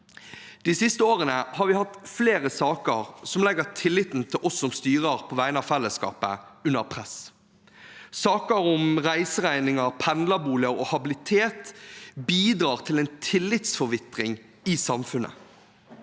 De siste årene har vi hatt flere saker som setter tilliten til oss som styrer på vegne av fellesskapet, under press. Saker om reiseregninger, pendlerboliger og habilitet bidrar til en tillitsforvitring i samfunnet.